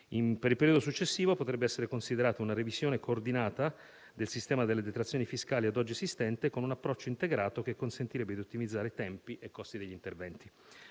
Per il periodo successivo potrebbe essere considerata una revisione coordinata del sistema delle detrazioni fiscali ad oggi esistente, con un approccio integrato che consentirebbe di ottimizzare tempi e costi degli interventi.